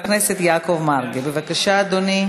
עברה בקריאה ראשונה ועוברת לוועדת החינוך,